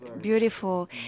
beautiful